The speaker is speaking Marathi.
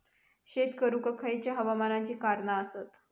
शेत करुक खयच्या हवामानाची कारणा आसत?